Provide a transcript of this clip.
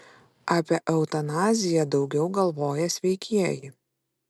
apie eutanaziją daugiau galvoja sveikieji